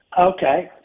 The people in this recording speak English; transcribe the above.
Okay